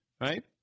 Right